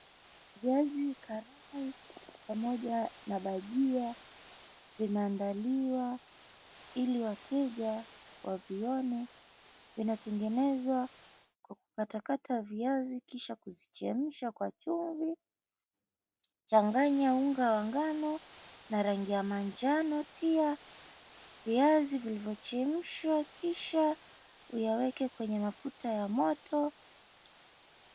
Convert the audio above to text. Viazi karai pamoja na bajia vimeandaliwa ili wateja wavione vinatengenezwa kwa kukatakata viazi kisha kuzichemsha kwa chumvi. Changanya unga wa ngano na rangi ya manjano tia viazi vilivyochemshwa kisha uyaweke kwenye mafuta ya moto.